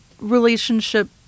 relationship